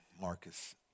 Marcus